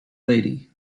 lady